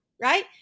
right